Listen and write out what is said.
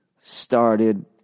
started